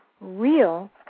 real